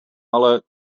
ale